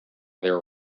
their